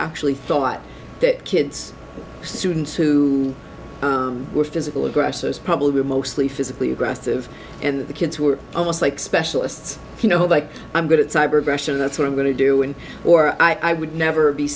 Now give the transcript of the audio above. actually thought that kids students who were physical aggressors probably were mostly physically aggressive and the kids who are almost like specialists you know like i'm good at cyber aggression that's what i'm going to do and or i would never be